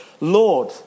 Lord